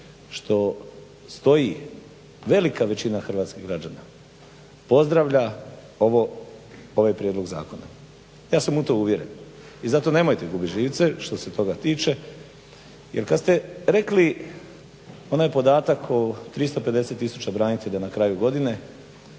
što stoji velika većina hrvatskih građana pozdravlja ovaj prijedlog zakona, ja sam u to uvjeren. I zato nemojte gubit živce što se toga tiče. Kad ste rekli onaj podatak o 350 tisuća branitelja na kraju godine,